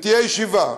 ותהיה ישיבה.